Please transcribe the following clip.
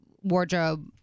wardrobe